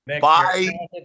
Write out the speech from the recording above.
Bye